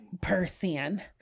Person